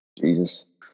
Jesus